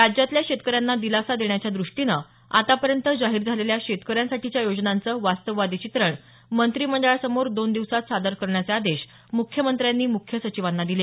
राज्यातल्या शेतकऱ्यांना दिलासा देण्याच्या दृष्टीनं आतापर्यंत जाहीर झालेल्या शेतकऱ्यांसाठीच्या योजनांचं वास्तववादी चित्रण मंत्रिमंडळासमोर दोन दिवसात सादर करण्याचे आदेश मुख्यमंत्र्यांनी मुख्य सचिवांना दिले